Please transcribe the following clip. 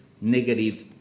negative